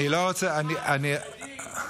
חבר הכנסת אייכלר,